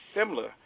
similar